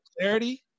clarity